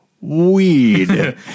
Weed